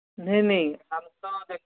नहीं नहीं हम तो देखेंगे